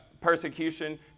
persecution